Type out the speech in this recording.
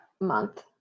month